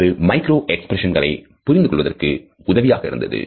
அது மைக்ரோ எக்ஸ்பிரஷன்ஸ்களை புரிந்து கொள்வதற்கு உதவியாக இருந்தது